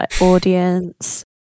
audience